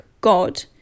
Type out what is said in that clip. god